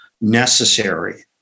necessary